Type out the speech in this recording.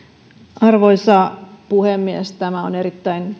arvoisa puhemies tämä on erittäin